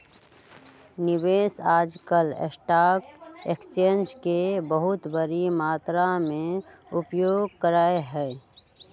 निवेशक आजकल stock exchange के बहुत बडी मात्रा में उपयोग करा हई